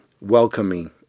welcoming